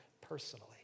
personally